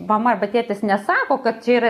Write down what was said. mama arba tėtis nesako kad čia yra